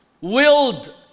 willed